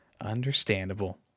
understandable